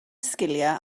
sgiliau